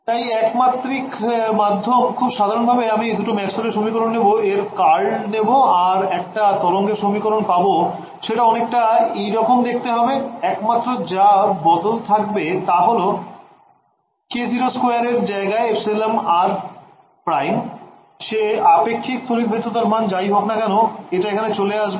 তাই একমাত্রিক মাধ্যম খুব সাধারণ ভাবে আমি দুটো ম্যাক্সওয়েল এর সমীকরণ নেবো এর কার্ল নেবো আর একটা তরঙ্গের সমীকরণ পাবো সেটা অনেকটা এরকম দেখতে হবে একমাত্র যা বদল থাকবে টা হল k02এর জায়গায় εr ′ সে আপেক্ষিক তড়িৎ ভেদ্যতার মান যাই হোক না কেন এটা এখানে চলে আসবে